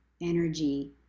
energy